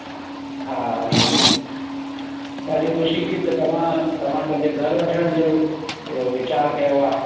हा हरी ओम ॾाढी ख़ुशी थी त तव्हां तव्हां पंहिंजे घरु वठण जो विचारु अ कयो आहे